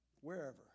wherever